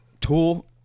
tool